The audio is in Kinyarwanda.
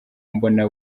mbona